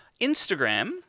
Instagram